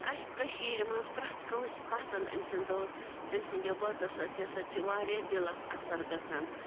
کَہہِ کٔشیٖرِ منٛز پرٛٮ۪تھ کٲنٛسہِ پَسَنٛد أمۍ سٕنٛدۍ بٲتھ أمۍ سٕنٛدیو بٲتو سۭتۍ ہسا چھِ واریاہ دِلَس اَثر گژھان